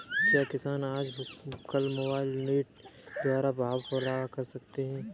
क्या किसान आज कल मोबाइल नेट के द्वारा भाव पता कर सकते हैं?